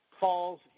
Falls